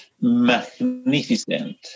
magnificent